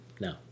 no